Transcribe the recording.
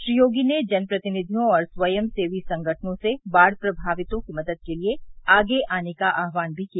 श्री योगी ने जनप्रतिनिधियों और स्वयंसेवी संगठनों से बाढ़ प्रभावितों की मदद के लिए आगे आने का आहवान भी किया